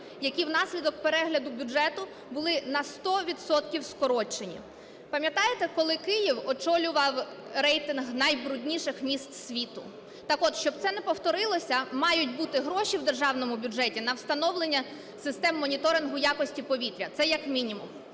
які внаслідок перегляду бюджету були на 100 відсотків скорочені. Пам'ятаєте, коли Київ очолював рейтинг найбрудніших міст світу? Так от, щоб це не повторилося, мають бути гроші в державному бюджеті на встановлення систем моніторингу якості повітря. Це як мінімум.